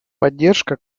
поддержка